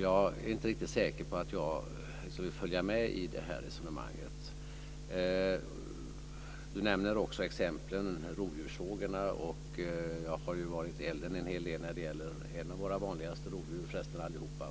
Jag är inte riktigt säker på att jag vill följa med i det resonemanget. Runar Patriksson nämner också som exempel rovdjursfrågorna. Jag har varit i elden en hel del när det gäller ett av våra vanligaste rovdjur, och förresten allihop.